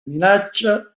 minaccia